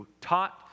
taught